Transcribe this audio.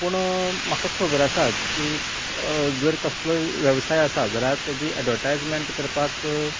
पूण म्हाका खबर आसा की जर कसलोय वेवसाय आसा जाल्यार तेजी एडवरटायजमेंट करपाक